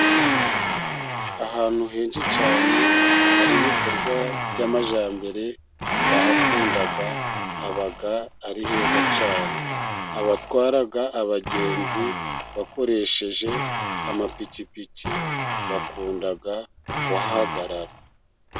Ahantu henshi cyane, hari ibikorwa by'amajyambere ndahakunda haba ari heza cyane, abatwara abagenzi bakoresheje amapikipiki bakunda kuhahagarara.